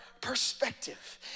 perspective